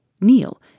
Kneel